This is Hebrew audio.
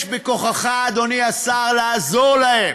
יש בכוחך, אדוני השר, לעזור להם,